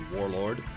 Warlord